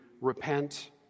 repent